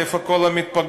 איפה כל המתפקדים?